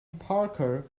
parker